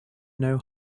know